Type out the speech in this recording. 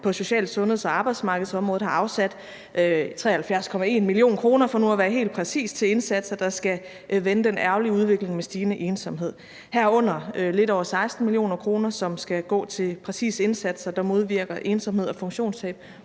på social-, sundheds- og arbejdsmarkedsområdet har afsat 73,1 mio. kr. – for nu at være helt præcis – til indsatser, der skal vende den ærgerlige udvikling med stigende ensomhed, herunder lidt over 16 mio. kr., som skal gå til præcise indsatser, der modvirker ensomhed og funktionstab